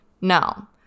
no